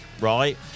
Right